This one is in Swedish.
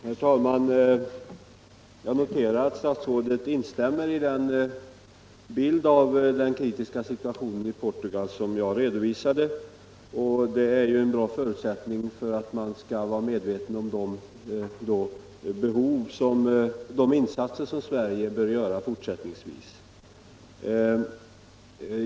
Herr talman! Jag noterar att statsrådet instämmer i den bild av den kritiska situationen i Portugal som jag redovisade och det är ju en bra förutsättning för att man skall vara medveten om de insatser Sverige bör göra fortsättningsvis.